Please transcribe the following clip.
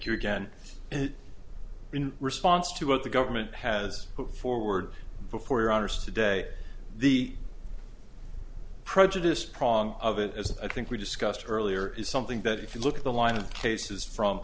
you again and in response to what the government has put forward before your honor's today the prejudice prong of it as i think we discussed earlier is something that if you look at the line of cases from